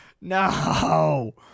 no